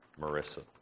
Marissa